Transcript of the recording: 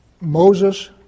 Moses